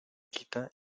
quita